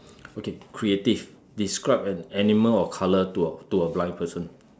okay creative describe an animal or colour to a to a blind person